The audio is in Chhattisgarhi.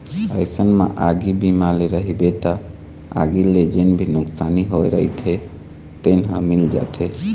अइसन म आगी बीमा ले रहिबे त आगी ले जेन भी नुकसानी होय रहिथे तेन ह मिल जाथे